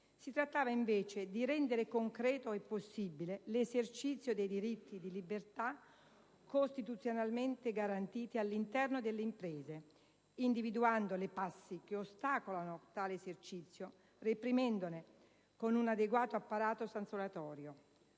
si trattava, invece, di rendere concreto e possibile l'esercizio dei diritti di libertà costituzionalmente garantiti all'interno delle imprese, individuando le prassi che ostacolavano tale esercizio, reprimendole con un adeguato apparato sanzionatorio.